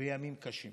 וימים קשים: